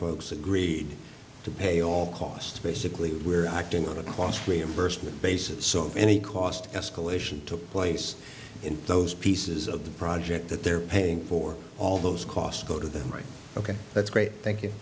folks agreed to pay all costs basically we're acting on a cost reimbursement basis so any cost escalation took place in those pieces of the project that they're paying for all those costs go to them right ok that's great thank you